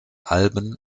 alben